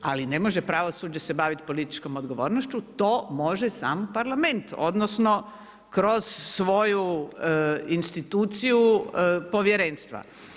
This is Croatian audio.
Ali ne može pravosuđe se baviti političkom odgovornošću, to može samo Parlament, odnosno kroz dvoju instituciju Povjerenstva.